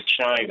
China